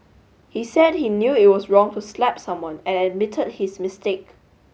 he said he knew it was wrong to slap someone and admitted his mistake